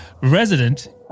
Resident